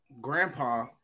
Grandpa